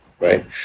Right